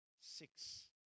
six